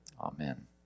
Amen